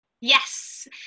Yes